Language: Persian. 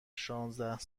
شانزده